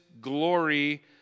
glory